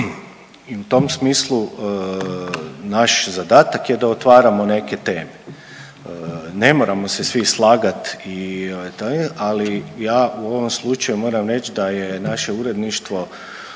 i u tom smislu naš zadatak je otvaramo neke teme. Ne moramo se svi slagati s tim, ali aj u ovom slučaju moram reći da je naše uredništvo